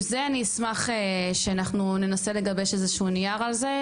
עם זה אני אשמח שאנחנו ננסה לגבש איזה שהוא נייר על זה.